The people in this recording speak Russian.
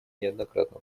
неоднократно